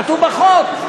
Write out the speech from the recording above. כתוב בחוק: